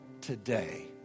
today